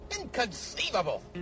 inconceivable